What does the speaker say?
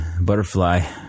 Butterfly